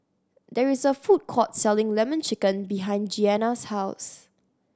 there is a food court selling Lemon Chicken behind Jeanna's house